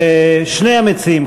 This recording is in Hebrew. שני המציעים,